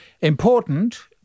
important